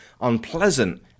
unpleasant